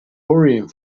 hurrying